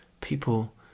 people